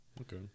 Okay